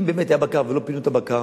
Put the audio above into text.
אם באמת היה בקר ולא פינו את הבקר